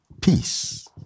peace